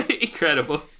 incredible